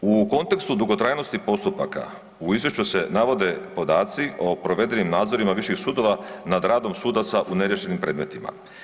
U kontekstu dugotrajnosti postupaka u izvješću se navode podaci o provedenim nadzorima viših sudova nad radom sudaca u neriješenim predmetima.